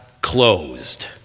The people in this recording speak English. closed